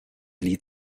lied